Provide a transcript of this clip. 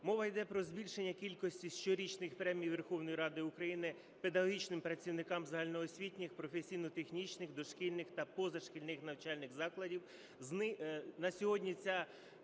Мова йде про збільшення кількості щорічних премій Верховної Ради України педагогічним працівникам загальноосвітніх, професійно-технічних, дошкільних та позашкільних навчальних закладів.